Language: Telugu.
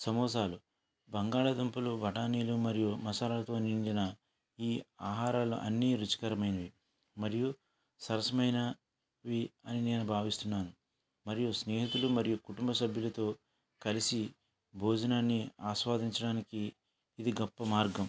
సమోసాలు బంగాళదుంపలు బఠానీలు మరియు మసాలాలతో నిండిన ఈ ఆహారాలు అన్నీ రుచికరమైనవి మరియు సరసమైనవి అని నేను భావిస్తున్నాను మరియు స్నేహితులు మరియు కుటుంబ సభ్యులతో కలిసి భోజనాన్ని ఆస్వాదించడానికి ఇది గొప్ప మార్గం